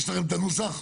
יש לכם את הנוסח?